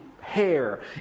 hair